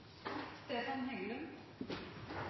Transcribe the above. en